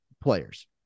players